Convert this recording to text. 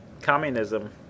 communism